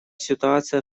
ситуация